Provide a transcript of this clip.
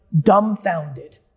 dumbfounded